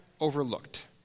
overlooked